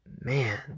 man